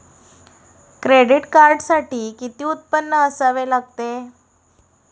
Credit कार्डसाठी किती उत्पन्न असावे लागते?